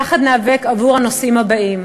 יחד ניאבק עבור הנושאים הבאים.